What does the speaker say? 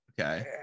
okay